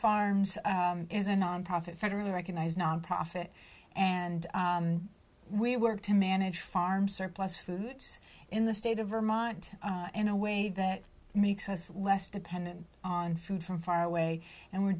farms is a nonprofit federally recognized nonprofit and we work to manage farm surplus food in the state of vermont in a way that makes us less dependent on food from far away and we're